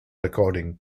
recording